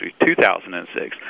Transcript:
2006